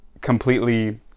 completely